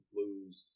lose